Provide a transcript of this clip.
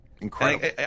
Incredible